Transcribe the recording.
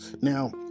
Now